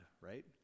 right